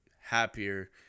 happier